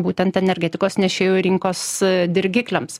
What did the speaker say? būtent energetikos nešėjų rinkos dirgikliams